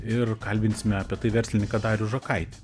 ir kalbinsime apie tai verslininką darių žakaitį